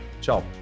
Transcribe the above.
Ciao